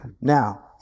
Now